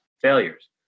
failures